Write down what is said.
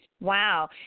Wow